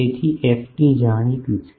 તેથી ft જાણીતું છે